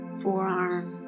forearm